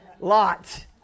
Lot